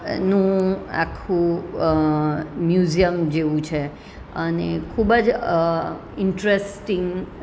નું આખું મ્યુઝિયમ જેવું છે અને ખૂબ જ ઈન્ટરેસ્ટિંગ